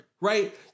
right